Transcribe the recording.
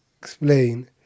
explain